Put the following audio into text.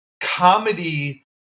comedy